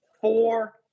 four